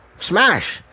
smash